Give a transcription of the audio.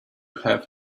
have